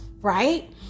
right